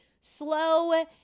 slow